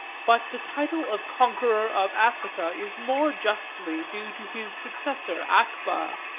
but the title of conqueror of africa is more justly due to his successor akbah.